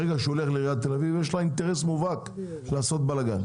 ברגע שהוא הולך לעיריית תל אביב יש לה אינטרס מובהק לעשות בלגן.